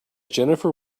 jennifer